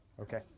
Okay